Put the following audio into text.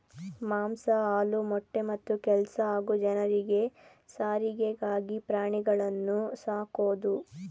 ಮಾಂಸ ಹಾಲು ಮೊಟ್ಟೆ ಮತ್ತೆ ಕೆಲ್ಸ ಹಾಗೂ ಜನರಿಗೆ ಸಾರಿಗೆಗಾಗಿ ಪ್ರಾಣಿಗಳನ್ನು ಸಾಕೋದು